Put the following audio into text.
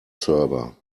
server